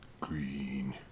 Green